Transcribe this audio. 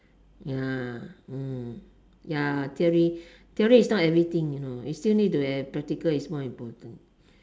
ya mm ya theory theory is not everything you know you still need to have practical it's more important